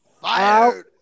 fired